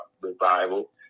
revival